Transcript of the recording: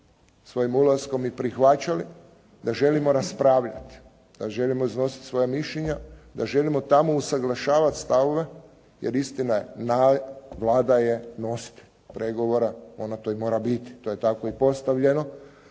svojim ulaskom i prihvaćali da želimo raspravljati, da želimo iznositi svoja mišljenja, da želimo tamo usuglašavat stavove. Jer istina je, Vlada je nositelj pregovora. Ona to i mora biti, to je tako i postavljeno.